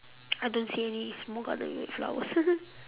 I don't see any small garden red flowers